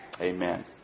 Amen